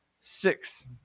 six